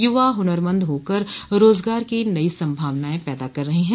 युवा हुनरमंद होकर रोजगार की नई संभावनाएं पैदा कर रहे हैं